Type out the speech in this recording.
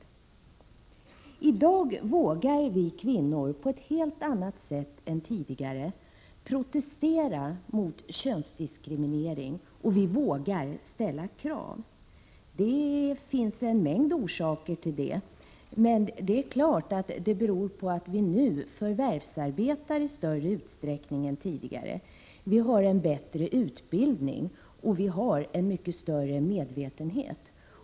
Vi kvinnor vågar i dag på ett helt annat sätt än tidigare protestera mot könsdiskriminering, och vi vågar ställa krav. Det finns en mängd orsaker till detta, och det är klart att det beror på att vi nu förvärvsarbetar i större utsträckning än tidigare, att vi har bättre utbildning och att vi har en större medvetenhet.